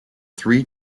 three